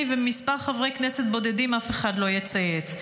ומכמה חברי כנסת בודדים אף אחד לא יצייץ.